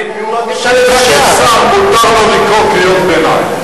כי הוא חושב ששר, מותר לו לקרוא קריאות ביניים.